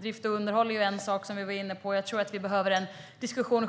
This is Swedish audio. Drift och underhåll är en sak som vi var inne på. Jag tror att vi